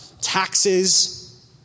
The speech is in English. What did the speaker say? taxes